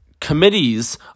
committees